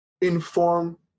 inform